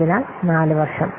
അതിനാൽ 4 വർഷം